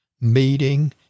meeting